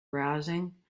browsing